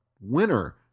winner